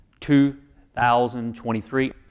2023